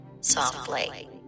Softly